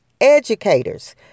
educators